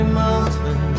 mountain